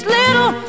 little